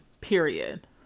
period